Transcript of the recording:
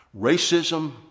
racism